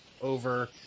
over